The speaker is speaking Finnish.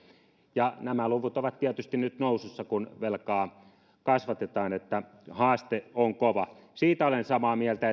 ja nämä luvut ovat tietysti nyt nousussa kun velkaa kasvatetaan eli haaste on kova siitä olen samaa mieltä